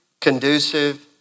conducive